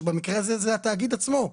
שבמקרה הזה זה התאגיד עצמו.